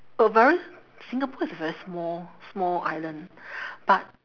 overall singapore is a very small small island but